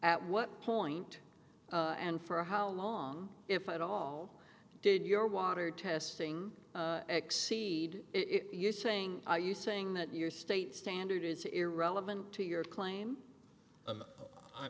at what point and for how long if i had all did your water testing exceed it you're saying are you saying that your state standard is irrelevant to your claim